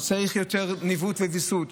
וצריך יותר ניווט וויסות.